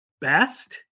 best